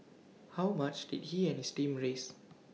how much did he and his team raise